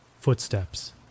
Footsteps